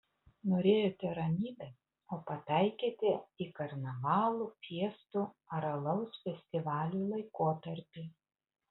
norėjote ramybės o pataikėte į karnavalų fiestų ar alaus festivalių laikotarpį